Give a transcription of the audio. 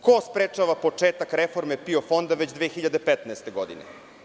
Ko sprečava početak reforme PIO fonda, već 2015. godine?